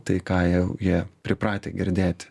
tai ką jau jie pripratę girdėti